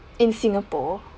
in singapore